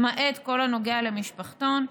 למעט כל הנוגע למשפחתון.